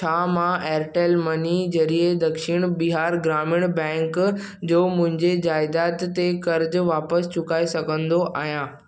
छा मां Airtel money ज़रिए दक्षिण बिहार ग्रामीण बैंक जो मुंहिंजे जाइदाद ते क़र्ज़ु वापसि चुकाए सघंदो आहियां